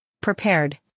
prepared